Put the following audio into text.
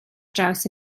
draws